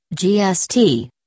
GST